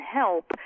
help